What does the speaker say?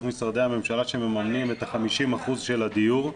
משרדי הממשלה שמממנים את ה-50% של הדיור,